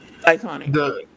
Iconic